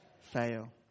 fail